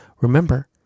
Remember